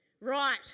right